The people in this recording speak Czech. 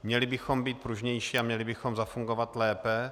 Měli bychom být pružnější a měli bychom zafungovat lépe.